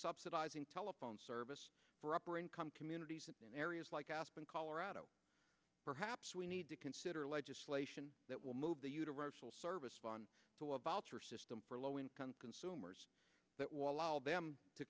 subsidizing telephone service for upper income communities in areas like aspen colorado perhaps we need to consider legislation that will move the universal service fund to a voucher system for low income consumers that will allow them to